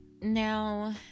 Now